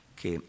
che